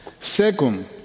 Second